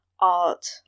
art